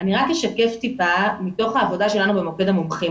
אני רק אשקף טיפה מתוך העבודה שלנו במוקד המומחים.